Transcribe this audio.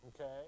okay